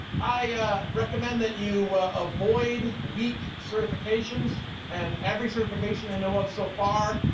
i recommend that you avoid weak certifications and every certification i know of so far,